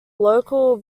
local